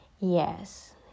Yes